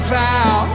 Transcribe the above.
vow